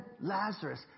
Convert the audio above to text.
Lazarus